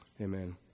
amen